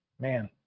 Man